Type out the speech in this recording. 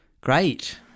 great